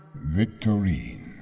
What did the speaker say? Victorine